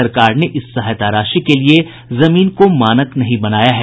सरकार ने इस सहायता राशि के लिए जमीन को मानक नहीं बनाया है